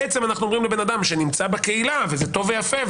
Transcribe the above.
בעצם אנחנו אומרים לבן אדם שנמצא בקהילה שזה טוב ויפה,